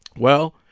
well,